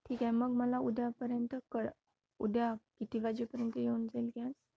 ठीक आहे मग मला उद्यापर्यंत क उद्या किती वाजेपर्यंत येऊन जाईल गॅस